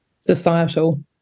societal